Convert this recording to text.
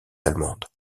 allemande